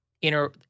inner